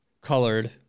colored